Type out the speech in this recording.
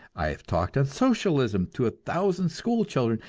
i have talked on socialism to a thousand school children,